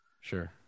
Sure